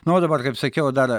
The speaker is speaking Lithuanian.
na o dabar kaip sakiau dar